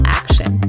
action